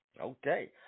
Okay